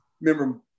remember